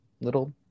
little